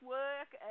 work